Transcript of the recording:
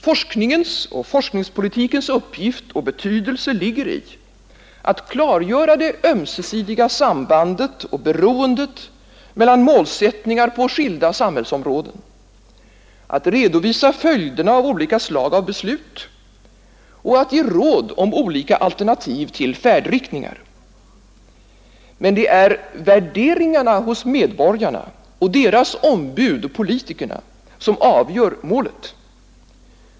Forskningens och forskningspolitikens uppgift och betydelse ligger i att klargöra det ömsesidiga sambandet och beroendet mellan målsättningar på skilda samhällsområden, att redovisa följderna av olika slag av beslut och att ge råd om olika alternativa färdriktningar. Men det är värderingarna hos medborgarna och deras ombud, politikerna, som avgör målet.